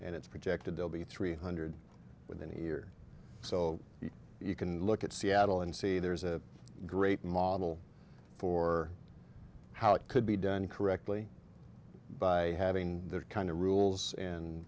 and it's projected they'll be three hundred within a year so you can look at seattle and see there's a great model for how it could be done correctly by having the kind of rules and